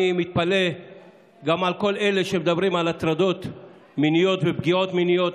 אני מתפלא גם על כל אלה שמדברים על הטרדות מיניות ופגיעות מיניות.